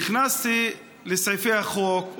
נכנסתי לסעיפי החוק,